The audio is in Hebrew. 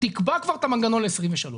תקבע כבר את המנגנון ל-23'